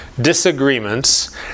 disagreements